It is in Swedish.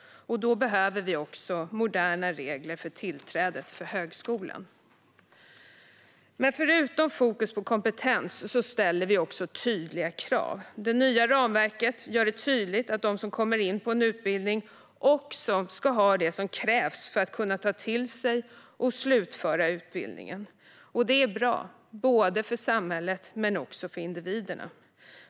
Då behöver vi också moderna regler för tillträdet till högskolan. Förutom fokus på kompetens ställer vi också tydliga krav. Det nya ramverket gör det tydligt att de som kommer in på en utbildning också ska ha det som krävs för att kunna ta till sig och slutföra utbildningen. Det är bra både för samhället och för individerna.